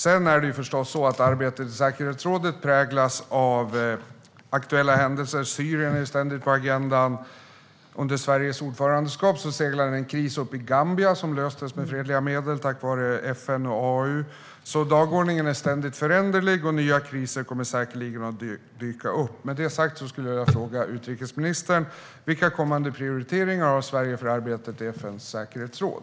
Sedan är det förstås så att arbetet i säkerhetsrådet präglas av aktuella händelser; Syrien är ständigt på agendan, och under Sveriges ordförandeskap seglade en kris upp i Gambia. Den löstes med fredliga medel tack vare FN och AU. Dagordningen är alltså ständigt föränderlig, och nya kriser kommer säkerligen att dyka upp. Med det sagt skulle jag vilja fråga utrikesministern vilka kommande prioriteringar Sverige har för arbetet i FN:s säkerhetsråd.